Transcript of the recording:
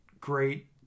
great